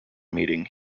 meeting